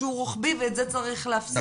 רוחבי ואת זה צריך להפסיק.